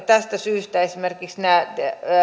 tästä syystä esimerkiksi nämä